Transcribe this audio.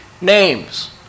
names